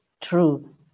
True